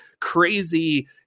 crazy